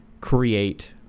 create